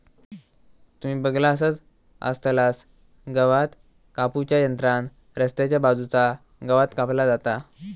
तुम्ही बगलासच आसतलास गवात कापू च्या यंत्रान रस्त्याच्या बाजूचा गवात कापला जाता